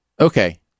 Okay